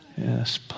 Yes